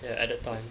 ya at that time